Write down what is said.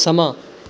ਸਮਾਂ